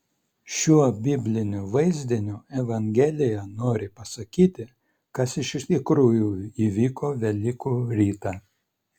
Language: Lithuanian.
šiuo bibliniu vaizdiniu evangelija nori pasakyti kas iš tikrųjų įvyko velykų rytą